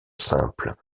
simple